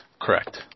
Correct